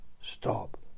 stop